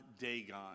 Dagon